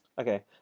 Okay